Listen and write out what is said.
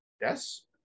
yes